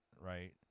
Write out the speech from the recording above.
right